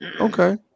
Okay